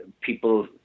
people